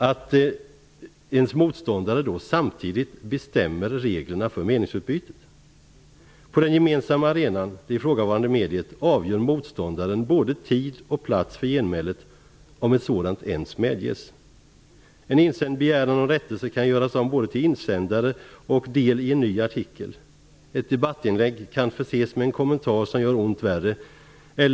Det känner alla till som då och då debatterat med folk inom medierna. På den gemensamma arenan, det ifrågavarande mediet, avgör motståndaren både tid och plats för genmälet, om ett sådant ens medges. En insänd begäran om rättelse kan göras om till både insändare och en del i en ny artikel. Ett debattinlägg kan förses med en kommentar som gör ont värre.